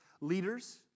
leaders